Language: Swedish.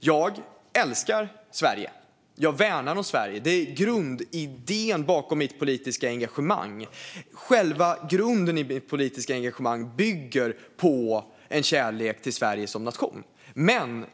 Jag älskar Sverige. Jag värnar om Sverige. Det är grundidén bakom mitt politiska engagemang. Själva grunden i mitt politiska engagemang bygger på en kärlek till Sverige som nation.